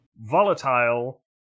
volatile